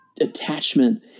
attachment